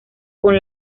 con